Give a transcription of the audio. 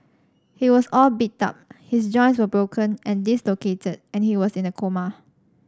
he was all beat up his joints were broken and dislocated and he was in a coma